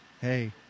hey